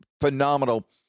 phenomenal